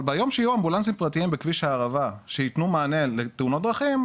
אבל ביום שיהיו אמבולנסים פרטיים בכביש הערבה שיתנו מענה לתאונות דרכים,